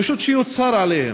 פשוט שיוצהר עליהם.